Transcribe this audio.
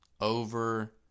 over